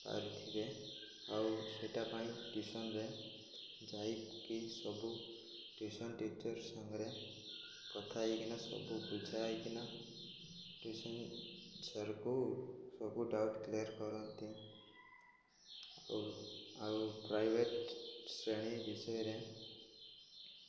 ପାରୁଥିବେ ଆଉ ସେଟା ପାଇଁ ଟ୍ୟୁସନ୍ରେ ଯାଇକି ସବୁ ଟ୍ୟୁସନ୍ ଟିଚର୍ ସାଙ୍ଗରେ କଥା ହେଇକିନା ସବୁ ବୁଝା ହେଇକିନା ଟ୍ୟୁସନ୍ ସାର୍କୁ ସବୁ ଡାଉଟ୍ କ୍ଲିୟର୍ କରନ୍ତି ଆଉ ଆଉ ପ୍ରାଇଭେଟ୍ ଶ୍ରେଣୀ ବିଷୟରେ